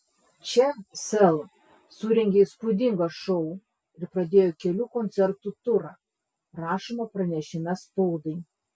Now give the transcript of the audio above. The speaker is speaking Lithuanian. čia sel surengė įspūdingą šou ir pradėjo kelių koncertų turą rašoma pranešime spaudai